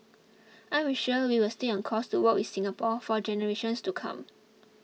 I'm sure we will stay on course to work with Singapore for generations to come